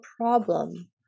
problem